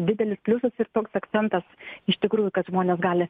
didelis pliusas ir toks akcentas iš tikrųjų kad žmonės gali